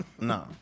No